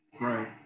Right